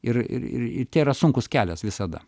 ir ir ir tai yra sunkus kelias visada